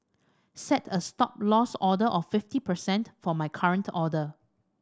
set a Stop Loss order of fifty percent for my current order